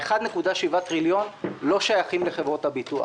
ה-1.7 טריליון לא שייכים לחברות הביטוח,